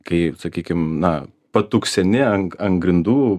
kai sakykim na patukseni ant ant grindų